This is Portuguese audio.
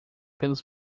pelos